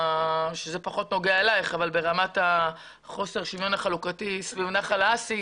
שזה פחות נוגע אליך ברמת חוסר השוויון החלוקתי סביב נחל האסי,